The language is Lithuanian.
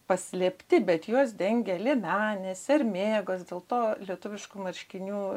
paslėpti bet juos dengia liemenės sermėgos dėl to lietuviškų marškinių